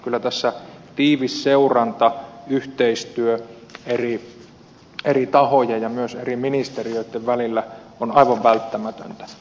kyllä tässä tiivis seuranta ja yhteistyö eri tahojen ja myös eri ministeriöitten välillä ovat aivan välttämättömiä